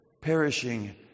perishing